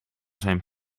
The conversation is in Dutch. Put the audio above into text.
zijn